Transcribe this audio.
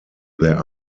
there